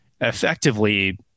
effectively